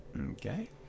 okay